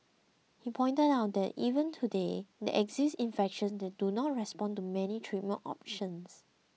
he pointed out that even today there exist infections that do not respond to many treatment options